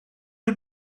had